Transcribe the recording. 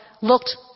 looked